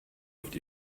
oft